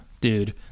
Dude